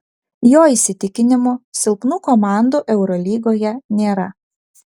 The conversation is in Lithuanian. jo įsitikinimu silpnų komandų eurolygoje nėra